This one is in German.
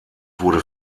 wurde